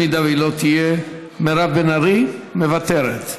אם היא לא תהיה, מירב בן ארי, מוותרת,